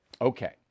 Okay